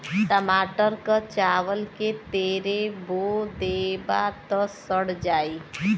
टमाटर क चावल के तरे बो देबा त सड़ जाई